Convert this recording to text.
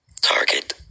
Target